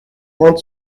want